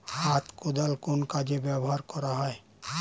হাত কোদাল কোন কাজে ব্যবহার করা হয়?